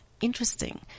interesting